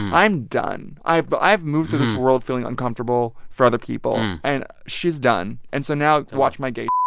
i'm done. i've but i've moved through this world feeling uncomfortable for other people. and she's done. and so now, watch my gay.